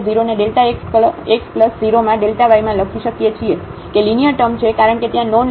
તેથી આ કિસ્સામાં આપણે 0 ને Δ x 0 માં Δ y માં લખી શકીએ છીએ કે લીનીઅર ટર્મ છે કારણ કે ત્યાં નોન લીનીઅર ટર્મ છે